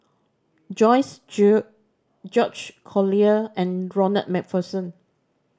Joyce Jue George Collyer and Ronald Macpherson